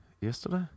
Yesterday